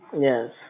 Yes